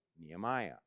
Nehemiah